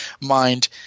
mind